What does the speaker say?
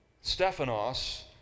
Stephanos